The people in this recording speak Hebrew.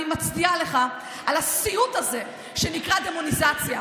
אני מצדיעה לך על הסיוט הזה שנקרא דמוניזציה,